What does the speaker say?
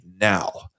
now